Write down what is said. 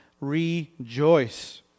Rejoice